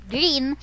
Green